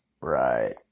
Right